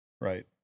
Right